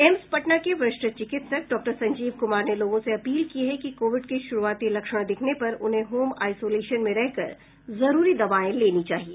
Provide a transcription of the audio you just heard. AIIMS Patna के वरिष्ठ चिकित्सक डॉक्टर संजीव कुमार ने लोगों से अपील की है कि कोविड के शुरूआती लक्षण दिखने पर उन्हें होम आइसोलेशन में रहकर जरूरी दवाएं लेनी चाहिए